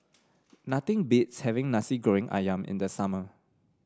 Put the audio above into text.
nothing beats having Nasi Goreng ayam in the summer